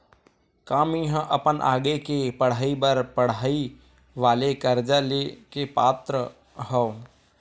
का मेंहा अपन आगे के पढई बर पढई वाले कर्जा ले के पात्र हव?